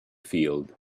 field